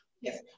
Yes